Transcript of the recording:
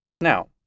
Now